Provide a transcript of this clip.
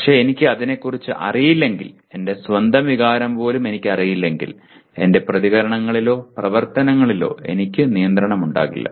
പക്ഷെ എനിക്ക് അതിനെക്കുറിച്ച് അറിയില്ലെങ്കിൽ എന്റെ സ്വന്തം വികാരം പോലും എനിക്കറിയില്ലെങ്കിൽ എന്റെ പ്രതികരണങ്ങളിലോ പ്രവർത്തനങ്ങളിലോ എനിക്ക് നിയന്ത്രണമുണ്ടാകില്ല